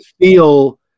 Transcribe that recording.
feel